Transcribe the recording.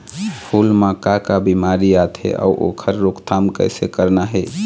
फूल म का का बिमारी आथे अउ ओखर रोकथाम कइसे करना हे?